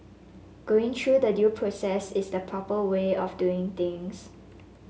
going through the due process is the proper way of doing things